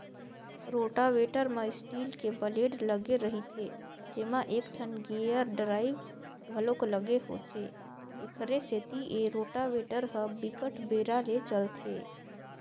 rotavator म steel के blade लगे रहिथे जेमा एकठन गेयर ड्राइव घलोक लगे होथे, एखरे सेती ए रोटावेटर ह बिकट बेरा ले चलथे